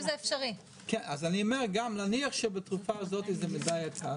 נאמר שזו תרופה שבעלות שלה,